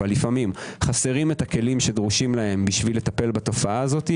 לפעמים חסרים הכלים הדרושים להם כדי לטפל בתופעה הזו,